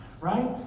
right